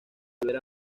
volver